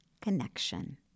connection